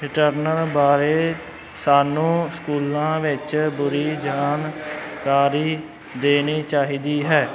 return ਬਾਰੇ ਸਾਨੂੰ ਸਕੂਲਾਂ ਵਿੱਚ ਪੂਰੀ ਜਾਣਕਾਰੀ ਦੇਣੀ ਚਾਹੀਦੀ ਹੈ